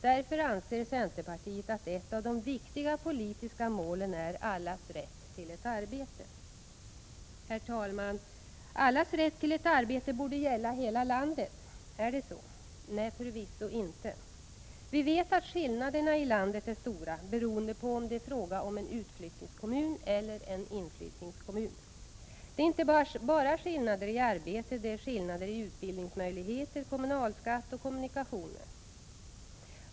Därför anser centerpartiet att ett av de viktiga politiska målen är allas rätt till ett arbete. Herr talman! Allas rätt till ett arbete borde gälla hela landet. Gör det det? Nej, förvisso inte. Vi vet att skillnaderna i landet är stora, beroende på om det är fråga om en utflyttningskommun eller en inflyttningskommun. Det är inte bara skillnader i arbete, utan det är skillnader i utbildningsmöjligheter, kommunalskatt och kommunikationer.